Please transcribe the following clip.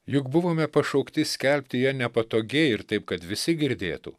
juk buvome pašaukti skelbti ją nepatogiai ir taip kad visi girdėtų